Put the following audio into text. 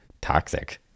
toxic